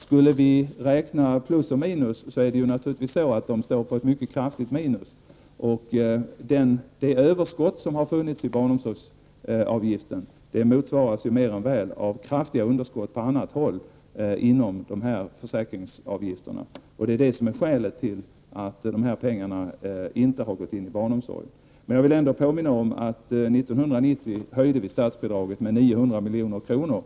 Skulle vi räkna plus och minus kan vi naturligtvis konstatera att dessa avgifter står på ett mycket kraftigt minus. Det överskott som har funnits i fråga om barnomsorgsavgiften motsvaras mer än väl av kraftiga underskott på annat håll inom dessa försäkringsavgifter. Detta är skälet till att dessa pengar inte har gått in i barnomsorgen. Jag vill ändå påminna om att vi 1990 höjde statsbidraget med 900 milj.kr.